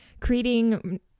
creating